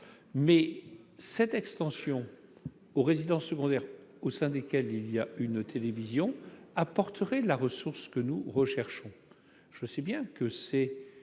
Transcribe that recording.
mais cette extension aux résidences secondaires au sein desquelles il y a une télévision apporterait la ressource que nous recherchons. Je sais bien qu'elle